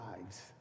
lives